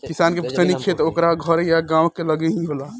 किसान के पुस्तैनी खेत ओकरा घर या गांव के लगे ही होला